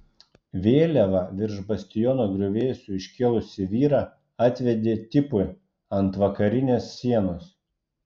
vėliavą virš bastiono griuvėsių iškėlusį vyrą atvedė tipui ant vakarinės sienos